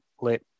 let